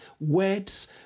words